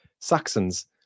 Saxons